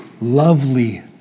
Lovely